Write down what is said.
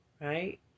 right